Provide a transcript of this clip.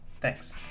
Thanks